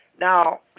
Now